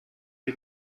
die